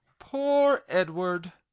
poor edward!